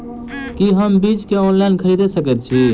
की हम बीज केँ ऑनलाइन खरीदै सकैत छी?